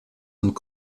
und